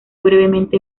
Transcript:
brevemente